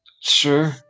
sure